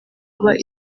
kuba